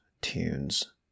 tunes